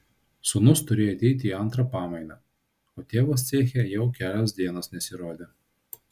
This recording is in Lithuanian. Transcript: sūnus turėjo ateiti į antrą pamainą o tėvas ceche jau kelios dienos nesirodė